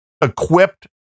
equipped